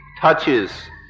touches